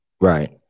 Right